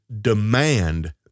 demand